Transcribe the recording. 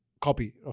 copy